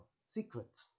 secret